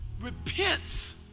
repents